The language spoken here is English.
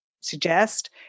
suggest